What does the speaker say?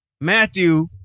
Matthew